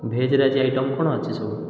ଭେଜ୍ରେ ଆଜି ଆଇଟମ୍ କ'ଣ ଅଛି ସବୁ